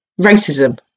racism